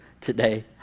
today